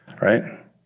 right